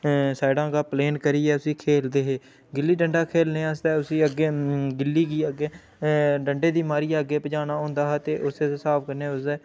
अ साइ़़डा दा प्लेन करियै उसी खेलदे हे गिल्ली डंडा खेलने आस्तै उसी अग्गै गिल्ली गी अग्गै डंडे दी मारियै अग्गै पजाना होंदा हा ते उस्सै दे स्हाब कन्नै उसदे